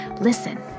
listen